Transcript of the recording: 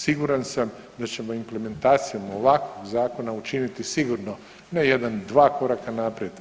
Siguran sam da ćemo implementacijom ovakvog zakona učiniti sigurno ne jedan, dva koraka naprijed.